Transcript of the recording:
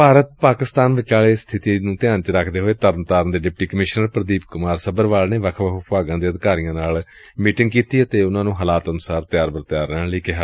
ਭਾਰਤ ਪਾਕਿਸਤਾਨ ਵਿਚਾਲੇ ਬਣੀ ਸਬਿਤੀ ਨੂੰ ਧਿਆਨ ਵਿਚ ਰੱਖਦੇ ਹੋਏ ਤਰਨਤਾਰਨ ਦੇ ਡਿਪਟੀ ਕਮਿਸ਼ਨਰ ਪਰਦੀਪ ਕੁਮਾਰ ਸੱਭਰਵਾਲ ਨੇ ਵੱਖ ਵੱਖ ਵਿਭਾਗਾਂ ਦੇ ਅਧਿਕਾਰੀਆਂ ਨਾਲ ਵਿਚਾਰ ਚਰਚਾ ਕੀਤੀ ਅਤੇ ਉਨ੍ਹਾਂ ਨੂੰ ਹਲਾਤ ਅਨੁਸਾਰ ਤਿਆਰ ਰਹਿਣ ਦਾ ਸੱਦਾ ਦਿੱਤਾ